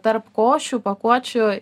tarp košių pakuočių